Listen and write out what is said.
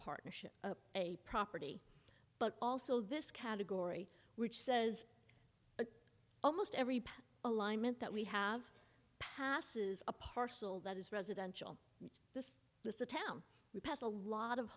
partnership a property but also this category which says almost every alignment that we have passes a parcel that is residential that's the town we pass a lot of